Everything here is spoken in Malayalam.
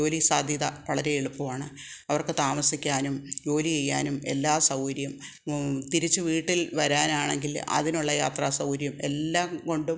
ജോലി സാധ്യത വളരെ എളുപ്പമാണ് അവർക്ക് താമസിക്കാനും ജോലി ചെയ്യാനും എല്ലാ സൗകര്യം തിരിച്ചു വീട്ടിൽ വരാനാണെങ്കിൽ അതിനുള്ള യാത്ര സൗകര്യം എല്ലാം കൊണ്ടും